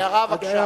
הערה, בבקשה.